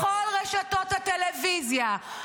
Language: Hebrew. בכל רשתות הטלוויזיה.